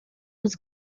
was